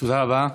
תודה רבה.